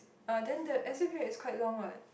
uh then the S_U period is quite long what